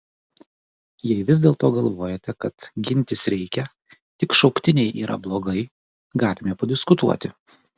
jei vis dėlto galvojate kad gintis reikia tik šauktiniai yra blogai galime padiskutuoti